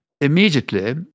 Immediately